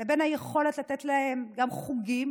לבין היכולת לתת להם גם חוגים,